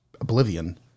oblivion